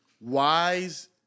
wise